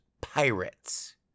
Pirates